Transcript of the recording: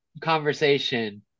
conversation